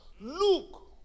look